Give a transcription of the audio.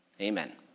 Amen